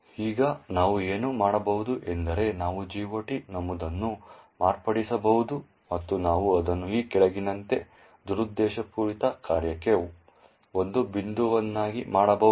ಈಗ ನಾವು ಏನು ಮಾಡಬಹುದು ಎಂದರೆ ನಾವು GOT ನಮೂದನ್ನು ಮಾರ್ಪಡಿಸಬಹುದು ಮತ್ತು ನಾವು ಅದನ್ನು ಈ ಕೆಳಗಿನಂತೆ ದುರುದ್ದೇಶಪೂರಿತ ಕಾರ್ಯಕ್ಕೆ ಒಂದು ಬಿಂದುವನ್ನಾಗಿ ಮಾಡಬಹುದು